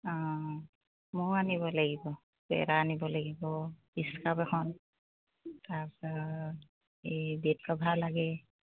অঁ মোৰো আনিব লাগিব পেৰা আনিব লাগিব স্কাৰ্ফ এখন তাৰপাছত এই বেড ক'ভাৰ লাগে